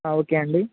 okay అండి